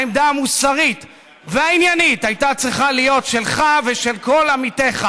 העמדה המוסרית והעניינית שהייתה צריכה להיות שלך ושל כל עמיתיך,